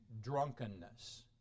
drunkenness